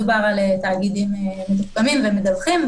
מדובר על תאגידים מתוחכמים ומדווחים.